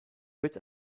wird